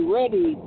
ready